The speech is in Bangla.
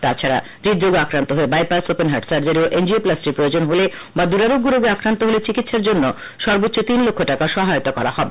তাছাড়া হৃদরোগ আক্রান্ত হয়ে বাইপাস ওপেন হার্টসার্জারী ও এনজিওপ্লাষ্টির প্রয়োজন হলে বা দুরারোগ্য রোগে আক্রান্ত হলে চিকিৎসার জন্য সর্বোচ্চ তিন লক্ষ টাকা সহায়তা করা হবে